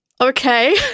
Okay